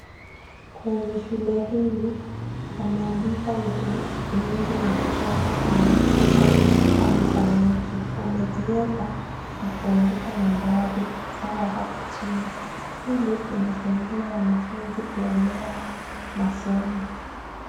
Kwenye shule hili wameandika vitu mingi na kuchora kwenye ukuta kama samaki. Wamezieka na kuandika nambari zao hapo chini. Hili linasaidia wanafunzi kuelewa masomo.